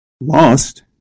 lost